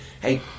hey